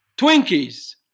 Twinkies